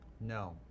No